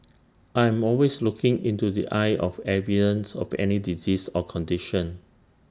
I am always looking into the eye of evidence of any disease or condition